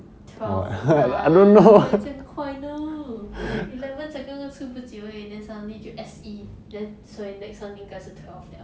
twelve lah 还没有在这样快 know eleven 才刚刚初步就而已 then suddenly 就 S_E then 所以 next one 因该是 twelve liao